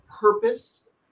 Purpose